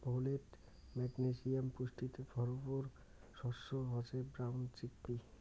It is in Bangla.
ফোলেট, ম্যাগনেসিয়াম পুষ্টিতে ভরপুর শস্য হসে ব্রাউন চিকপি